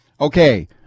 okay